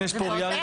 כן יש פה ראיה רחבה.